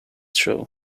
show